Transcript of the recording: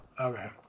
Okay